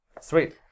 sweet